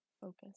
Focus